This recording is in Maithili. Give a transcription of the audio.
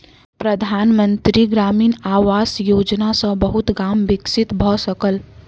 प्रधान मंत्री ग्रामीण आवास योजना सॅ बहुत गाम विकसित भअ सकल